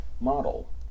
model